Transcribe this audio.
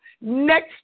next